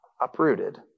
uprooted